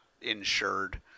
insured